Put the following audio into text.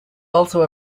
also